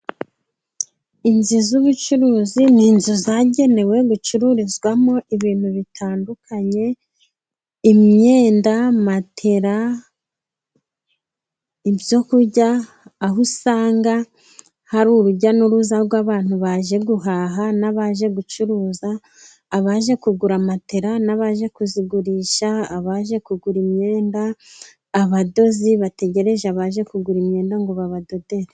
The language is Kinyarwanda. Inzu z'ubucuruzi ni inzu zagenewe gucururizwamo ibintu bitandukanye, imyenda, matera, ibyo kurya, aho usanga hari urujya n'uruza rw'abantu baje guhaha n'abaje gucuruza, abaje kugura matera n'abaje kuzigurisha, abaje kugura imyenda, abadozi bategereje baje kugura imyenda ngo babadodere.